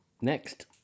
next